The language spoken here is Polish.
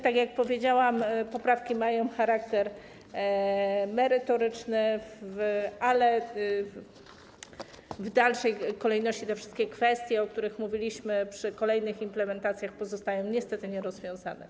Tak jak powiedziałam, poprawki mają charakter merytoryczny, ale w dalszej kolejności wszystkie kwestie, o których mówiliśmy przy kolejnych implementacjach, pozostają niestety nierozwiązane.